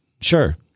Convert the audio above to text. Sure